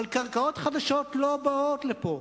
אבל קרקעות חדשות לא באות לפה.